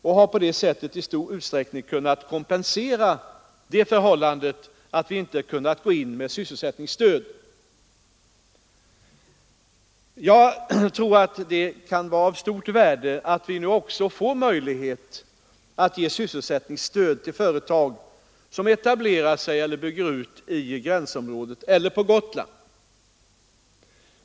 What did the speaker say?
Vi har på det sättet i stor utsträckning kunnat kompensera det förhållandet att vi inte kunnat gå in med sysselsättningsstöd. Det kan vara av stort värde att vi nu får möjlighet att ge sysselsättningsstöd till företag som etablerar sig eller bygger ut i gränsområdet för inre stödområdet eller på Gotland.